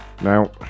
Now